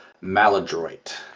maladroit